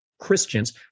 Christians